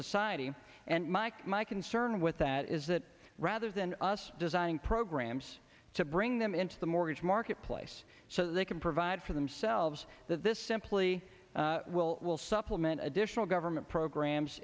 society and mike my concern with that is that rather than us designing programs to bring them into the mortgage marketplace so they can provide for themselves that this simply will will supplement additional government programs